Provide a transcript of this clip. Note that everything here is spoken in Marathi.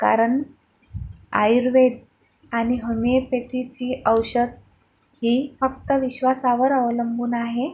कारण आयुर्वेद आणि होमिओपॅथीची औषध ही फक्त विश्वासावर अवलंबून आहे